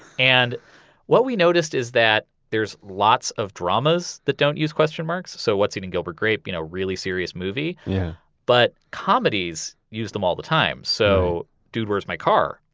and what we noticed is that there's lots of dramas that don't use question marks. so what's eating gilbert grape, you know really serious movie yeah but comedies use them all the time. so dude, where's my car,